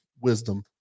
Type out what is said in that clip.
wisdom